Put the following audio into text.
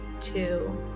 two